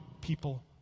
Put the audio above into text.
people